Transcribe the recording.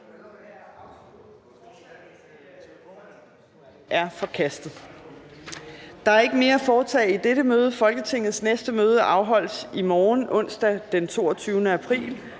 Der er ikke mere at foretage i dette møde. Folketingets næste møde afholdes i morgen, onsdag den 22. april